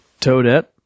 Toadette